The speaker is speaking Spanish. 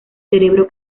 cerebro